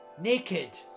naked